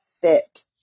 fit